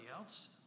else